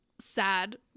sad